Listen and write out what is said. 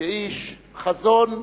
כאיש חזון והגשמה,